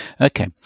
Okay